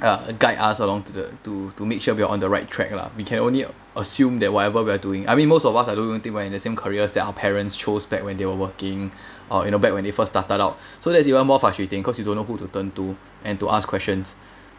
uh a guide us along to the to to make sure we're on the right track lah we can only assume that whatever we're doing I mean most of us are don't know why we're in the same careers that our parents choose back when they were working or you know back when it first started out so that's even more frustrating cause you don't know who to turn to and to ask questions